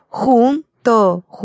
Junto